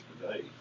today